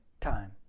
time